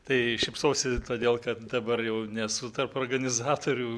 tai šypsausi todėl kad dabar jau nesu tarp organizatorių